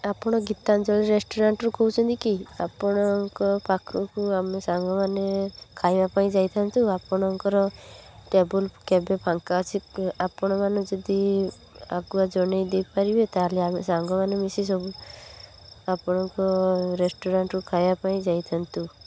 ଆପଣ ଗୀତାଞ୍ଜଳି ରେଷ୍ଟୁରାଣ୍ଟରୁ କହୁଛନ୍ତି କି ଆପଣଙ୍କ ପାଖକୁ ଆମେ ସାଙ୍ଗମାନେ ଖାଇବା ପାଇଁ ଯାଇଥାନ୍ତୁ ଆପଣଙ୍କର ଟେବୁଲ୍ କେବେ ଫାଙ୍କା ଅଛି ଆପଣ ମାନେ ଯଦି ଆଗୁଆ ଜଣାଇ ଦେଇପାରିବେ ତାହେଲେ ଆମେ ସାଙ୍ଗମାନେ ମିଶି ସବୁ ଆପଣଙ୍କ ରେଷ୍ଟୁରାଣ୍ଟରୁ ଖାଇବା ପାଇଁ ଯାଇଥାନ୍ତୁ